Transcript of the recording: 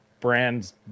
brands